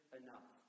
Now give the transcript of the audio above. enough